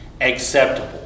acceptable